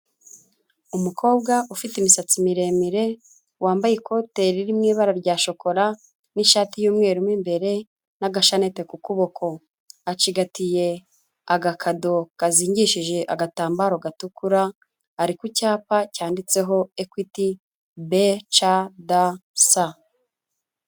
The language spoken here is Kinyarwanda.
Umukobwa ufite imisatsi miremire, wambaye ikote riri mu ibara rya shokora, n'ishati y'umweru mo imbere n'agashanete ku kuboko. Acigatiye agakado kazingishije agatambaro gatukura, ari ku cyapa cyanditseho Equity BCDC.